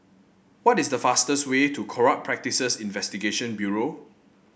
what is the fastest way to Corrupt Practices Investigation Bureau